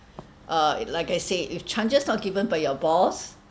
uh like I say if chances not given by your boss